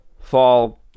fall